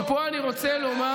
קיזוז כספי טרור,